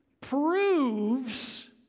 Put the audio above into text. proves